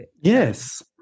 Yes